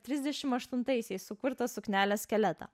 trisdešimt aštuntaisiais sukurta suknele skeletą